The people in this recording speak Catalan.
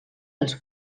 els